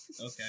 Okay